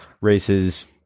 races